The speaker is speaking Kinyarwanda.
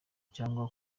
cyangwa